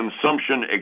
consumption